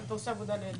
אתה עשה עבודה נהדרת.